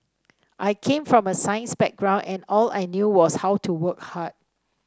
I came from a science background and all I knew was how to work hard